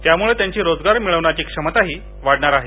त्यामूळे त्यांची रोजगार मिळवण्याची क्षमताही वाढणार आहे